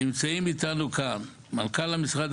נמצאים איתנו כאן מנכ"ל המשרד,